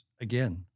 Again